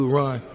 run